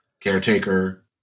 caretaker